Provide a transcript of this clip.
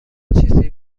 چیزی